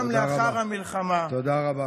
רבה.